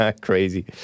Crazy